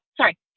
sorry